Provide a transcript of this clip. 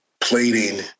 plating